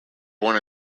born